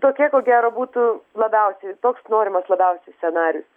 tokie ko gero būtų labiausiai toks norimas labiausiai scenarijus